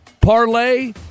parlay